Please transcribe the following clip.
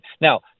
Now